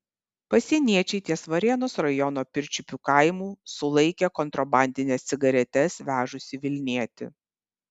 pasieniečiai ties varėnos rajono pirčiupių kaimu sulaikė kontrabandines cigaretes vežusį vilnietį